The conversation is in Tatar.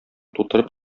тутырып